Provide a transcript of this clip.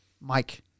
Mike